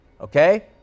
okay